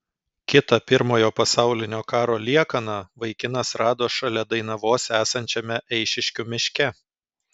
kitą pirmojo pasaulinio karo liekaną vaikinas rado šalia dainavos esančiame eišiškių miške